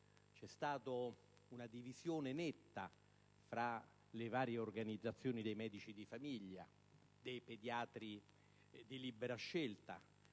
c'è stata una divisione netta fra le varie organizzazioni dei medici di famiglia e dei pediatri di libera scelta,